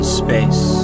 space